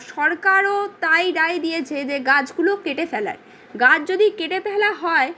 সরকারও তাই রায় দিয়েছে যে গাছগুলো কেটে ফেলার গাছ যদি কেটে ফেলা হয়